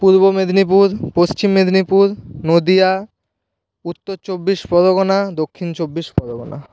Purba Medinipur Paschim Medinipur Nadia Uttar Chabbish Pargana Dakshin Chabbish Pargana